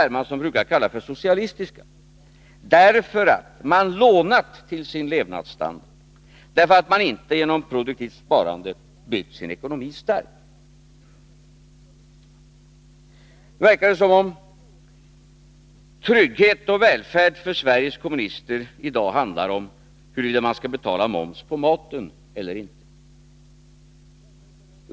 Hermansson brukar kalla för socialistiska, därför att man lånat till sin levnadsstandard och inte genom produktivt sparande byggt sin ekonomi stark. Nu verkar det som om trygghet och välfärd för Sveriges kommunister i dag handlar om huruvida man skall betala moms på maten eller inte.